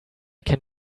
can